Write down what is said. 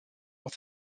was